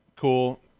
cool